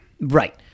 Right